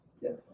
Yes